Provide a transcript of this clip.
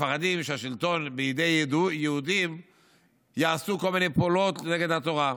מפחדים שכשהשלטון בידי יהודים יעשו כל מיני פעולות נגד התורה.